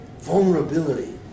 vulnerability